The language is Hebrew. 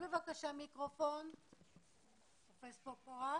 פרופסור פורת,